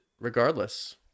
regardless